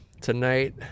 tonight